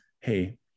Hey